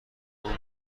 اون